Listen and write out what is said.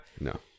No